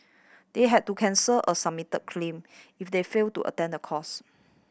they had to cancel a submitted claim if they failed to attend the course